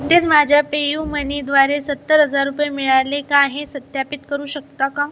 नुकतेच माझ्या पेयुमनी द्वारे सत्तर हजार रुपये मिळाले का हे सत्यापित करू शकता का